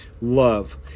Love